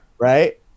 right